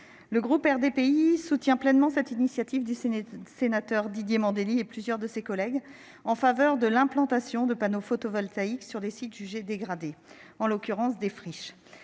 le groupe RDPI soutient pleinement cette initiative de Didier Mandelli et plusieurs de ses collègues en faveur de l'implantation de panneaux photovoltaïques sur des sites jugés dégradés- en l'occurrence, des friches.